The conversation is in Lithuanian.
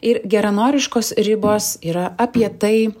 ir geranoriškos ribos yra apie tai